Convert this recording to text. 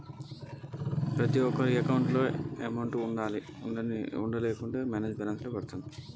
నాకు ఖాతాలో డబ్బులు ఉంచాల్సిన అవసరం ఏమన్నా ఉందా?